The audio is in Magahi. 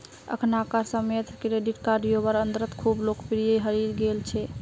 अखनाकार समयेत क्रेडिट कार्ड युवार अंदरत खूब लोकप्रिये हई गेल छेक